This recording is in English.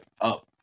up